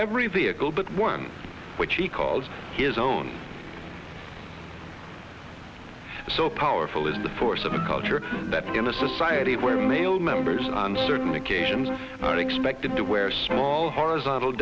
every vehicle but one which he calls his own so powerful is the force of a culture that in a society where male members on certain occasions are expected to wear small horizontal